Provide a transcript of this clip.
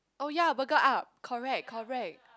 oh ya Burger Up correct correct